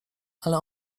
ale